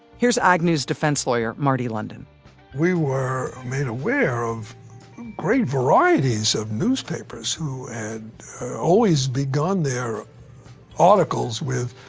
here's agnew's defense lawyer marty london we were made aware of great varieties of newspapers who had always begun their articles with